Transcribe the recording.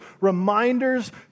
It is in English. reminders